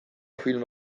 film